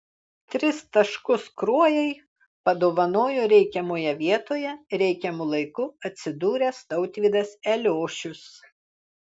tris taškus kruojai padovanojo reikiamoje vietoje reikiamu laiku atsidūręs tautvydas eliošius